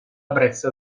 brezza